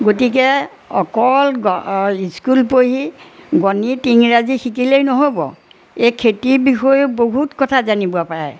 গতিকে অকল স্কুল পঢ়ি গণিত ইংৰাজী শিকিলেই নহ'ব এই খেতিৰ বিষয়েও বহুত কথা জানিব পাৰে